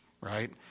Right